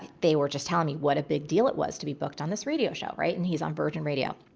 they were just telling me what a big deal it was to be booked on this radio show. right. and he's on virgin radio,